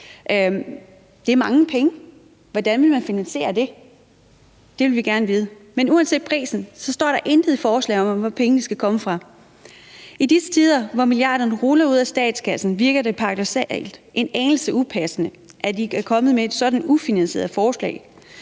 Det er mange penge. Hvordan vil man finansiere det? Det vil vi gerne vide. Men uanset prisen står der intet i forslaget om, hvor pengene skal komme fra. I disse tider, hvor milliarderne ruller ud af statskassen, virker det paradoksalt og en anelse upassende, at I er kommet med et sådant ufinansieret forslag.